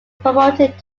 promoted